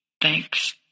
Thanks